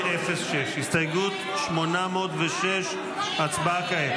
806, הצבעה כעת.